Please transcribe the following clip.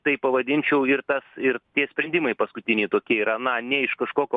tai pavadinčiau ir tas ir tie sprendimai paskutiniai tokie yra na ne iš kažkokio